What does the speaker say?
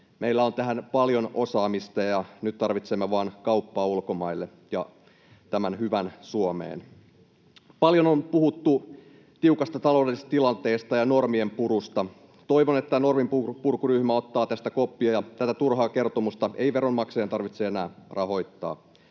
Meillä on tähän paljon osaamista, ja nyt tarvitsemme vain kauppaa ulkomaille ja tämän hyvän Suomeen. Paljon on puhuttu tiukasta taloudellisesta tilanteesta ja normien purusta. Toivon, että norminpurkuryhmä ottaa tästä koppia ja tätä turhaa kertomusta ei veronmaksajien tarvitse enää rahoittaa.